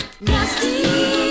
nasty